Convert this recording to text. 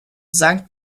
sankt